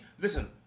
Listen